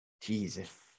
jesus